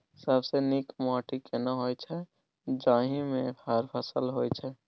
सबसे नीक माटी केना होय छै, जाहि मे हर फसल होय छै?